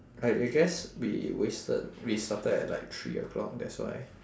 I I guess we wasted we started at like three o'clock that's why